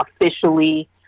officially